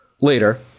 Later